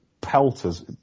pelters